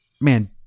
Man